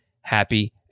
happy